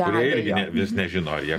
kurie irgi ne vis nežino jie